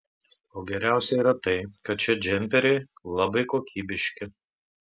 o geriausia yra tai kad šie džemperiai labai kokybiški